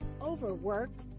Overworked